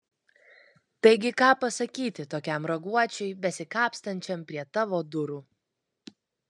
taigi ką pasakyti tokiam raguočiui besikapstančiam prie tavo durų